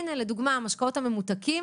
ניקח לדוגמה את המשקאות הממותקים.